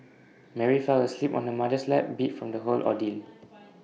Mary fell asleep on her mother's lap beat from the whole ordeal